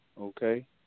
okay